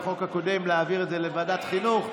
בחוק הקודם להעביר את זה לוועדת החינוך.